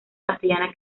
castellana